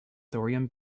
thorium